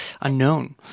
unknown